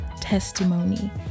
testimony